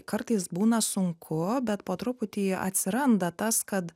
kartais būna sunku bet po truputį atsiranda tas kad